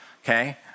okay